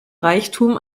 reichtum